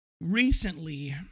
recently